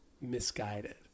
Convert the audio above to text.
misguided